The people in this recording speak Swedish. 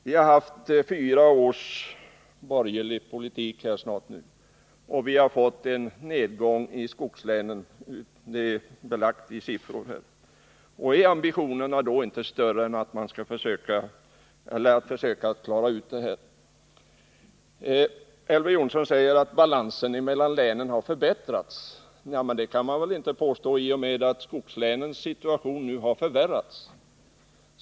Vi har snart haft fyra år med borgerlig politik, och att det har skett en nedgång i sysselsättningen i skogslänen är belagt med siffror. Är ambitionerna att försöka klara ut det här inte större? Elver Jonsson säger att balansen mellan länen har förbättrats. Det kan man väl inte påstå, i och med att skogslänens situation nu har förvärrats.